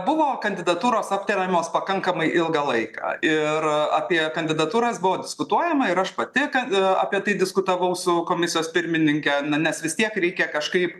buvo kandidatūros aptariamos pakankamai ilgą laiką ir apie kandidatūras buvo diskutuojama ir aš pati kad apie tai diskutavau su komisijos pirmininke nes vis tiek reikia kažkaip